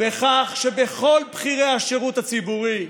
בכך שכל בכירי השירות הציבורי,